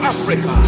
Africa